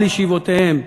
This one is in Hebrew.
על ישיבותיהם,